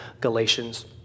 Galatians